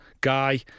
guy